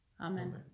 amen